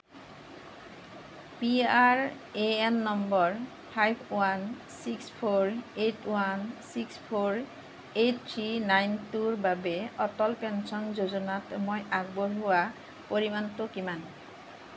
P R A N number five one six four eight one six four eight three nine টুৰ বাবে Atal pension যোজনাত মই আগবঢ়োৱা পৰিমাণটো কিমান